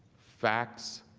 fax.